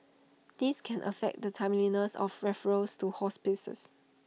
this can affect the timeliness of referrals to hospices